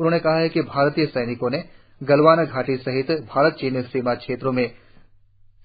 उन्होंने कहा कि भारतीय सैनिकों ने गलवान घाटी सहित भारत चीन सीमा क्षेत्रों में